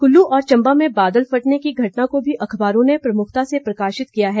कुल्लू और चंबा में बादल फटने की घटना को भी अखबारों ने प्रमुखता से प्रकाशित किया है